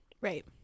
Right